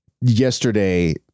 yesterday